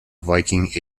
viking